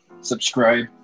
subscribe